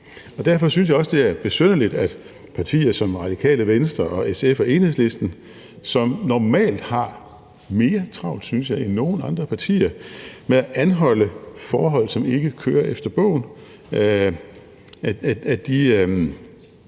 Derfor synes jeg også, det er besynderligt, at partier som Radikale Venstre, SF og Enhedslisten, som normalt har mere travlt, synes jeg, end nogen andre partier med at anholde forhold, som ikke kører efter bogen, gør,